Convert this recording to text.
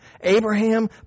Abraham